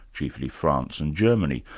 chiefly france and germany,